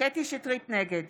נגד